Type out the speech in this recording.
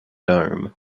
dome